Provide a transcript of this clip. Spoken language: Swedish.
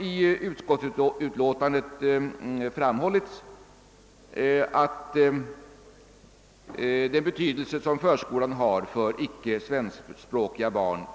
I utskottsutlåtandet har framhållits den betydelse som förskolan har för icke svenskspråkiga barn.